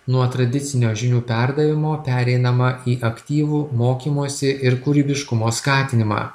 nuo tradicinio žinių perdavimo pereinama į aktyvų mokymosi ir kūrybiškumo skatinimą